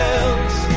else